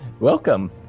Welcome